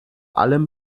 allem